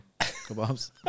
Kebabs